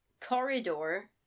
Corridor